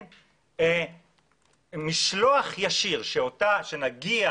המשלוח הישיר, כשנגיע